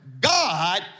God